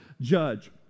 judge